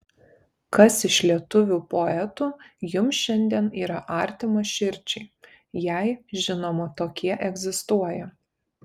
kas iš lietuvių poetų jums šiandien yra artimas širdžiai jei žinoma tokie egzistuoja